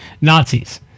Nazis